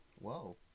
Whoa